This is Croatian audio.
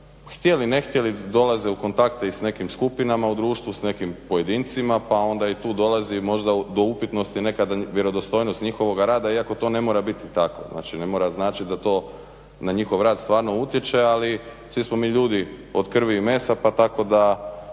htjeli, ne htjeli dolaze u kontakte i s nekim skupinama u društvu, s nekim pojedincima pa onda i tu dolazi možda do upitnosti nekad vjerodostojnost njihova rada iako to ne mora biti tako, znači ne mora značiti da to na njihov rad stvarno utječe, ali svi smo mi ljudi od krvi i mesa pa tako da